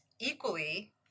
equally